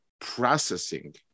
processing